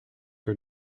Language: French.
que